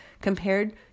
compared